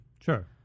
Sure